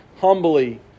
humbly